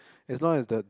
as long as the